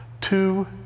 two